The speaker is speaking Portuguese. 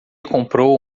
comprou